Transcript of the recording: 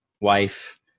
wife